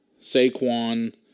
Saquon